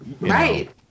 right